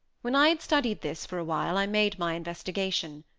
when i had studied this for awhile i made my investigation.